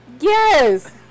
Yes